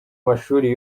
amashuri